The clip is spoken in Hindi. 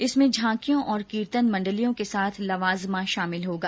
इसमें झांकियों और कीर्तन मण्डलियों के साथ लवाजमा शामिल होगा